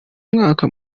mwaka